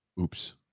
Oops